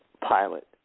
pilot